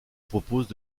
propose